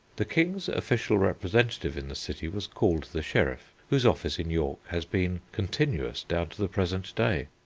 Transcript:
the king's official representative in the city was called the sheriff, whose office in york has been continuous down to the present day.